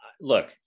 look